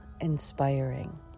inspiring